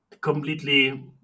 Completely